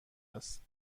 است